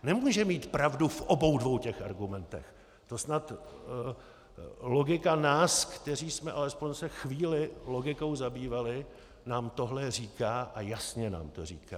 Nemůže mít pravdu v obou dvou těch argumentech, to snad logika nás, kteří jsme se alespoň chvíli logikou zabývali, nám tohle říká a jasně nám to říká.